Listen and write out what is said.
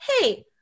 hey